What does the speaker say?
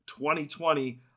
2020